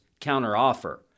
counteroffer